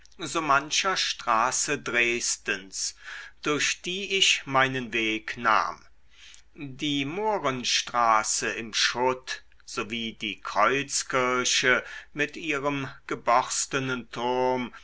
so mancher straße dresdens durch die ich meinen weg nahm die mohrenstraße im schutt sowie die kreuzkirche mit ihrem geborstenen turm